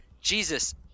Jesus